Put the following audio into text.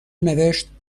نوشتترکیه